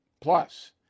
Plus